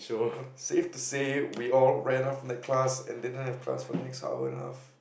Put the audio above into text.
safe to say we all ran out from that class and didn't have class for the next hour and a half